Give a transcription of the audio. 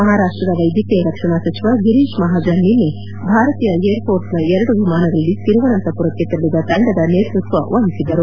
ಮಹಾರಾಷ್ಟದ ವೈದ್ಯಕೀಯ ರಕ್ಷಣಾ ಸಚಿವ ಗಿರೀಶ್ ಮಹಾಜನ್ ನಿನ್ನೆ ಭಾರತೀಯ ಏರ್ಫೋರ್ಸ್ನ ಎರಡು ವಿಮಾನಗಳಲ್ಲಿ ತಿರುವನಂತರಪುರಕ್ಕೆ ತೆರಳಿದ ತಂಡದ ನೇತೃತ್ವ ವಹಿಸಿದ್ದರು